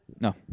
No